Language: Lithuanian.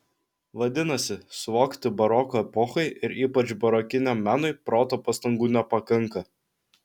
vadinasi suvokti baroko epochai ir ypač barokiniam menui proto pastangų nepakanka